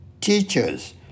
teachers